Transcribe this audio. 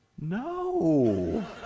No